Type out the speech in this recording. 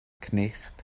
cnicht